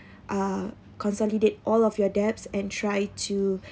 uh consolidate all of your debts and try to